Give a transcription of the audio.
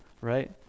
Right